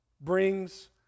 brings